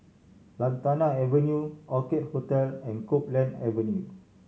Lantana Avenue Orchid Hotel and Copeland Avenue